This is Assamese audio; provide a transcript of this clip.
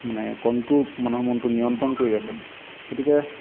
মানে কণট্ৰল মানুহৰ মনটো নিয়ন্ত্ৰণ কৰি ৰাখে গতিকে